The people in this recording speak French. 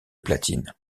platine